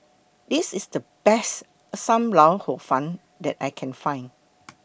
This IS The Best SAM Lau Hor Fun that I Can Find